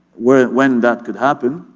when when that could happen,